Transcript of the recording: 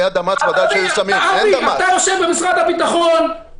אתה יושב במשרד הביטחון,